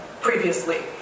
previously